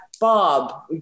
Bob